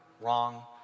wrong